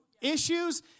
issues